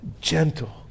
gentle